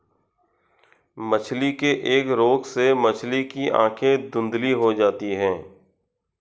मछली के एक रोग से मछली की आंखें धुंधली हो जाती है